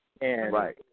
Right